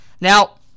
Now